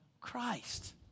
Christ